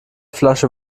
flasche